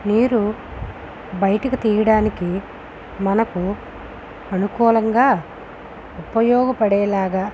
నీరు బయటకు తీయడానికి మనకు అనుకూలంగా ఉపయోగపడేలాగా